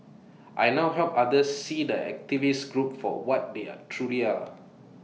I now help others see the activist group for what they are truly are